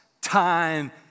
time